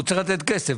הוא צריך לתת כסף.